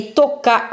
tocca